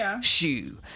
shoe